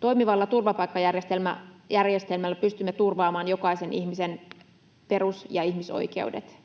Toimivalla turvapaikkajärjestelmällä pystymme turvaamaan jokaisen ihmisen perus- ja ihmisoikeudet.